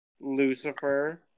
Lucifer